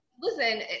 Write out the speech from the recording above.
listen